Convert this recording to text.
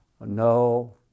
No